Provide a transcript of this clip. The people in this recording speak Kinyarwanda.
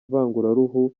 ivanguraruhu